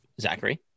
Zachary